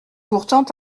pourtant